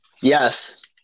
yes